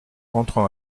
rentrant